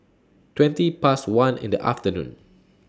twenty Past one in The afternoon